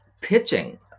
pitching